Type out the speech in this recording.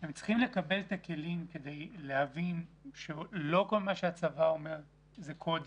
והם צריכים לקבל את הכלים כדי להבין שלא כל מה שהצבא אומר זה קודש,